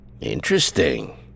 Interesting